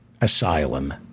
asylum